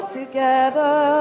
together